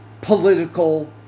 political